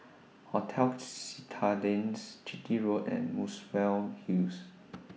hotels Citadines Chitty Road and Muswell Hills